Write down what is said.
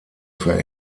für